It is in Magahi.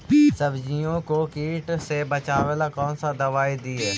सब्जियों को किट से बचाबेला कौन सा दबाई दीए?